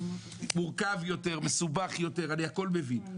מורכב יותר, מסובך יותר, הכול אני מבין.